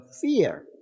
fear